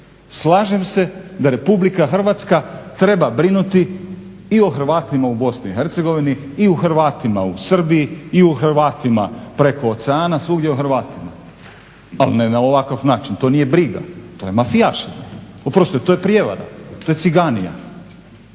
Slažem se da Republika Hrvatska treba brinuti i o Hrvatima u BiH i o Hrvatima u Srbiji i o Hrvatima preko oceana, svugdje o Hrvatima, ali ne na ovakav način. To nije briga, to je mafijašenje. Oprostite to je prijevara, to je ciganija.